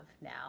now